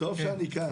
טוב שאני כאן.